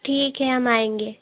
ठीक है हम आएँगे